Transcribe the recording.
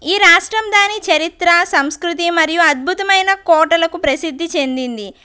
ఈ రాష్ట్రం దాని చరిత్ర సంస్కృతి మరియు అద్భుతమైన కోటలకు ప్రసిద్ధి చెందింది